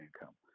income